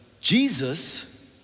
Jesus